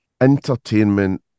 entertainment